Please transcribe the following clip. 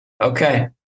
Okay